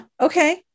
Okay